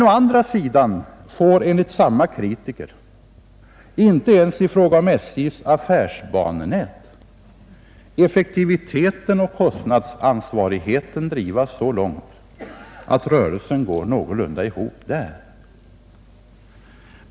Å andra sidan får enligt samma kritiker inte ens i fråga om SJ:s affärsbanenät effektiviteten och kostnadsansvarigheten drivas så långt att rörelsen går någorlunda ihop.